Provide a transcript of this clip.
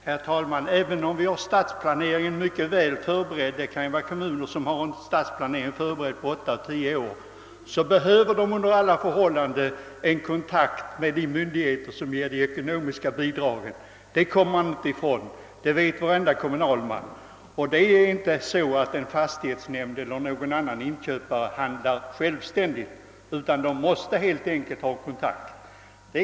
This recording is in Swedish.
Herr talman! Även om kommunerna har stadsplaneringen mycket väl förberedd — somliga kan arbeta med den åtta å tio år i förväg — behöver de under alla förhållanden en kontakt med de myndigheter som ger de ekonomiska bidragen; det vet varje kommunalman. En fastighetsnämnd eller någon annan inköpare handlar inte självständigt utan måste helt enkelt ta denna kontakt.